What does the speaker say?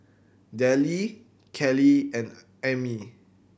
Dellie Keli and Ami